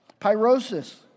Pyrosis